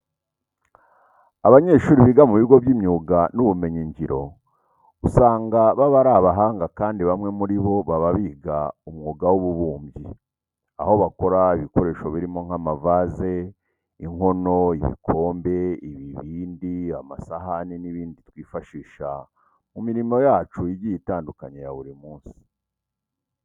Abanyeshuri biga mu bigo by'imyuga n'ubumenyingiro usanga baba iri abahanga kandi bamwe muri bo baba biga umwuga w'ububumbyi aho bakora ibikoresho birimo nk'amavaze, inkono, ibikombe, ibibindi, amasahani n'ibindi twifashisha mu murimo yacu igiye itandukanye ya buri munsi.